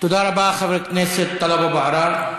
תודה רבה, חבר הכנסת טלב אבו עראר.